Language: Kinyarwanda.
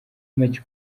macye